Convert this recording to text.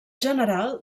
general